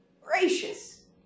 gracious